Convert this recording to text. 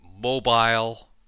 mobile